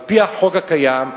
על-פי החוק הקיים,